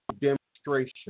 demonstration